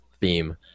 theme